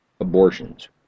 abortions